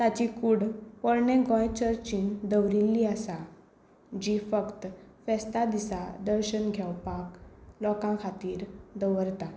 ताची कूड पोरणें गोंय चर्चीन दवरिल्ले आसा जी फक्त फेस्तां दिसां दर्शन घेवपाक लोकां खातीर दवरता